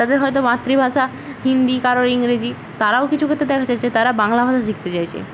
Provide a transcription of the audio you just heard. তাদের হয়তো মাতৃভাষা হিন্দি কারোর ইংরেজি তারাও কিছু ক্ষেত্রে দেখা যাচ্ছে তারা বাংলা ভাষা শিখতে চাইছে